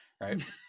Right